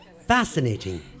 Fascinating